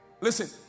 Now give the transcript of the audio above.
Listen